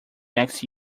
next